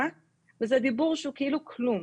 אה?" וזה דיבור שהוא כאילו כלום.